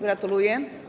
Gratuluję.